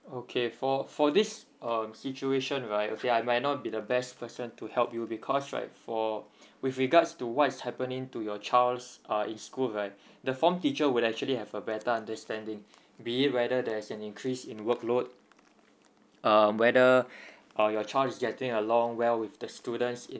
okay for for this uh situation right okay I might not be the best person to help you because right for with regards to what is happening to your child's uh in school right the form teacher would actually have a better understanding be it whether there's an increase in workload uh whether uh your child is getting along well with the students in